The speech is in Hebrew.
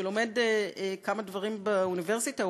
שלומד כמה דברים באוניברסיטה,